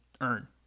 earn